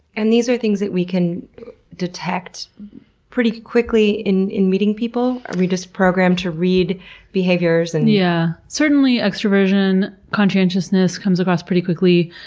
and these are things that we can detect pretty quickly in in meeting people? we're just programmed to read behaviors? and yeah. certainly extroversion, conscientiousness, comes across pretty quickly.